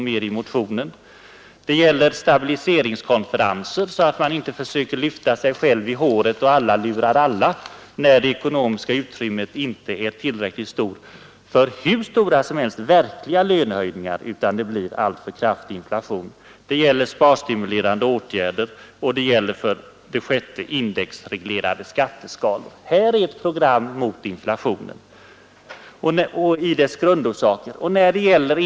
Stabiliseringskonferenser, så att enskilda och organisationer inte försöker lyfta sig själv i håret och till sist alla lurar alla, när det ekonomiska utrymmet inte är tillräckligt för hur stora faktiska lönehöjningar som helst. Detta är ett program mot inflationens grundorsaker, herr talman.